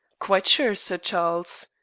quite sure, sir charles.